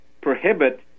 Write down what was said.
prohibit